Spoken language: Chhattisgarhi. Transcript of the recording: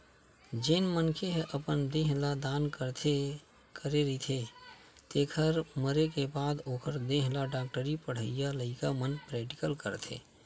जेन मनखे ह अपन देह ल दान करे रहिथे तेखर मरे के बाद ओखर देहे ल डॉक्टरी पड़हइया लइका मन प्रेक्टिकल करथे